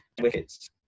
wickets